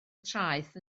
traeth